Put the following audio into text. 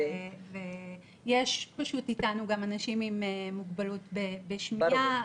יש איתנו גם אנשים עם מוגבלות בשמיעה,